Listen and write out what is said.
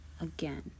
again